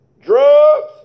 drugs